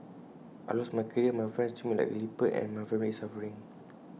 I lost my career my friends treat me like A leper and my family is suffering